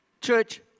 church